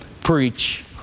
preach